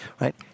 right